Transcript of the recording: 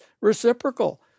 reciprocal